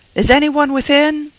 is any one within?